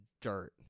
dirt